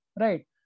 right